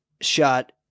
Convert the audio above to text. shot